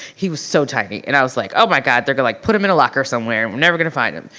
he was so tacky and i was like oh my god, they're gonna like put him in a locker somewhere and we're never gonna find him.